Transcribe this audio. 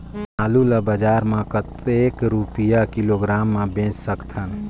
आलू ला बजार मां कतेक रुपिया किलोग्राम म बेच सकथन?